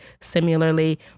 similarly